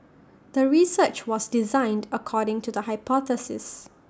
the research was designed according to the hypothesis